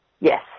yes